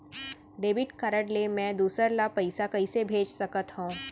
Debit card ले मैं दूसर ला पइसा कइसे भेज सकत हओं?